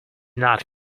not